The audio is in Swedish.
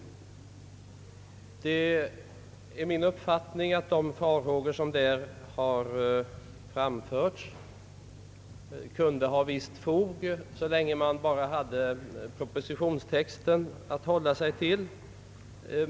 Det är min uppfattning att de farhågor som där har framförts kunde ha visst fog, så länge man bara hade propositionstexten att hålla sig till.